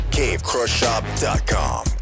cavecrushshop.com